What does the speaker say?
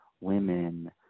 women